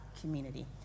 community